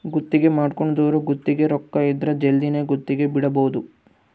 ಗುತ್ತಿಗೆ ಮಾಡ್ಕೊಂದೊರು ಗುತ್ತಿಗೆ ರೊಕ್ಕ ಇದ್ರ ಜಲ್ದಿನೆ ಗುತ್ತಿಗೆ ಬಿಡಬೋದು